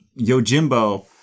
yojimbo